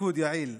ותפקוד יעיל,